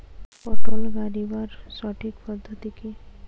পটল গারিবার সঠিক পদ্ধতি কি?